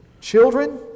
Children